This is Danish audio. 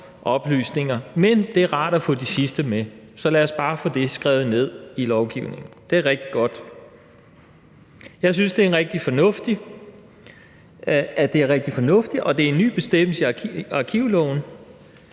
men det er rart at få de sidste med, så lad os bare få det skrevet ned i lovgivningen. Det er rigtig godt. Jeg synes, det er rigtig fornuftigt, og det er en ny bestemmelse i arkivloven,